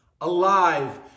alive